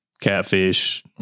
catfish